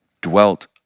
dwelt